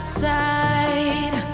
side